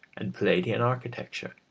and palladian architecture,